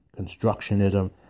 constructionism